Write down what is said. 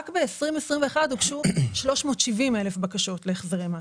רק ב-2021 הוגשו 370 אלף בקשות להחזרי מס.